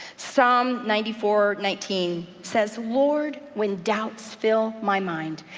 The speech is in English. psalm ninety four nineteen says lord, when doubts fill my mind,